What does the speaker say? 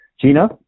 Gina